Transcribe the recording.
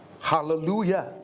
hallelujah